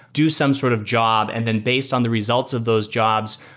do some sort of job, and then based on the results of those jobs,